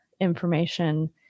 information